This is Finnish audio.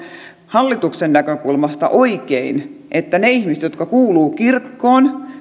hallituksen näkökulmasta oikein että ne ihmiset jotka kuuluvat kirkkoon